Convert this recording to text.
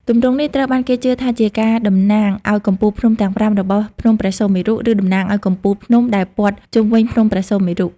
ទម្រង់នេះត្រូវបានគេជឿថាជាការតំណាងឱ្យកំពូលភ្នំទាំងប្រាំរបស់ភ្នំព្រះសុមេរុ ឬតំណាងឱ្យកំពូលភ្នំដែលព័ទ្ធជុំវិញភ្នំព្រះសុមេរុ។